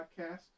podcast